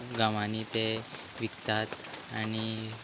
गांवांनी ते विकतात आनी